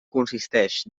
consisteix